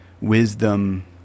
wisdom